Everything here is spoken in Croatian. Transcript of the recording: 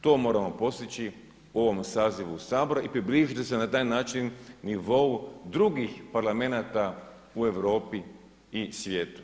To moramo postići u ovome sazivu Sabora i približiti se na taj način nivou drugih parlamenata u Europi i svijetu.